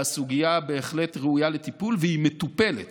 והסוגיה בהחלט ראויה לטיפול, והיא מטופלת